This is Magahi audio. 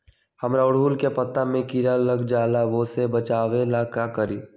हमरा ओरहुल के पत्ता में किरा लग जाला वो से बचाबे ला का करी?